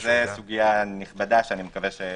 וזו סוגיה נרחבת שאני מקווה שנדון.